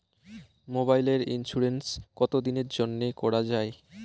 মোবাইলের ইন্সুরেন্স কতো দিনের জন্যে করা য়ায়?